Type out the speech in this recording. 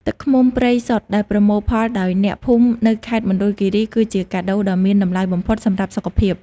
ទឹកឃ្មុំព្រៃសុទ្ធដែលប្រមូលផលដោយអ្នកភូមិនៅខេត្តមណ្ឌលគិរី គឺជាកាដូដ៏មានតម្លៃបំផុតសម្រាប់សុខភាព។